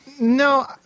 No